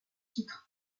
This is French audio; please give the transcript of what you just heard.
titres